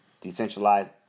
decentralized